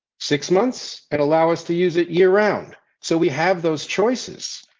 six months, and allow us to use it year round. so we have those choices.